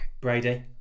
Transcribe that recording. Brady